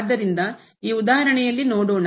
ಆದ್ದರಿಂದ ಈ ಉದಾಹರಣೆಯಲ್ಲಿ ನೋಡೋಣ